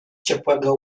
ciepłego